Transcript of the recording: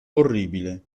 orribile